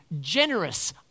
generous